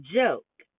joke